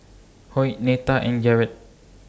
Hoyt Netta and Garret